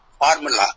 formula